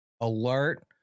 alert